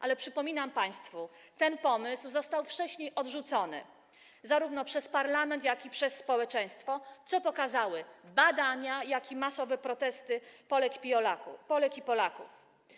Ale przypominam państwu, ten pomysł został wcześniej odrzucony zarówno przez parlament, jak i przez społeczeństwo, co pokazały badania i masowe protesty Polek i Polaków.